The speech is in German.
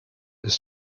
ist